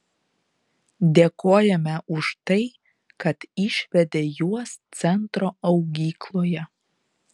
dėkojame už tai kad išvedė juos centro augykloje